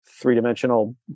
three-dimensional